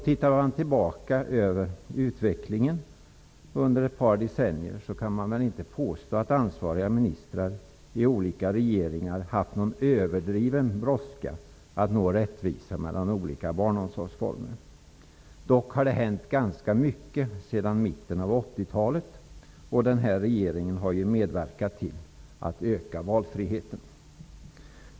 Ser man tillbaka på utvecklingen under ett par decennier kan man inte påstå att ansvariga ministrar i olika regeringar inte haft någon överdriven brådska att nå rättvisa mellan olika barnomsorgsformer. Dock har ganska mycket skett sedan mitten på 80-talet, och den nuvarande regeringen har medverkat till att öka valfriheten.